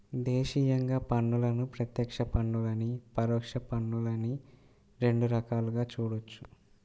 దేశీయంగా పన్నులను ప్రత్యక్ష పన్నులనీ, పరోక్ష పన్నులనీ రెండు రకాలుగా చూడొచ్చు